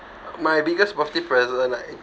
my biggest birthday present ah